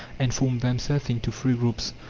and form themselves into free groups.